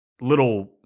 little